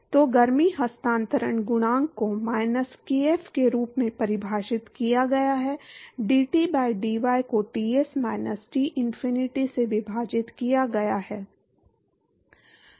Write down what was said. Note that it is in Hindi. तो गर्मी हस्तांतरण गुणांक को माइनस kf के रूप में परिभाषित किया गया है डीटी बाय dy को टीएस माइनस T इनफिनिटी से विभाजित किया गया है